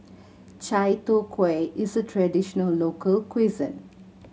chai tow kway is a traditional local cuisine